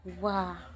Wow